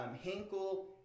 Hinkle